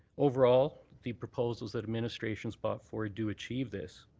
overall, the proposals that administration's brought forward do achieve this.